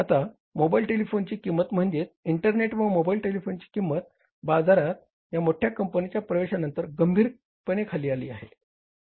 आता मोबाईल टेलिफोनीची किंमत म्हणजेच इंटरनेट व मोबाईल टेलिफोनची किंमत बाजारात या मोठ्या कंपनीच्या प्रवेशानंतर गंभीरपणे खाली आली आहे